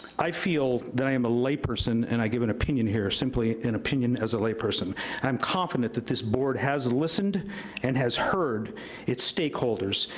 i feel that i am a layperson, and i give an opinion here, simply an opinion as a layperson. and i'm confident that this board has listened and has heard its stakeholders,